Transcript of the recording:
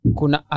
kuna